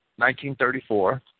1934